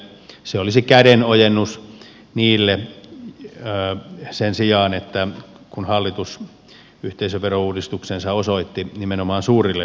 se olisi kädenojennus niille sen sijaan kun hallitus yhteisöverouudistuksensa osoitti nimenomaan suurille yrityksille